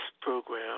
program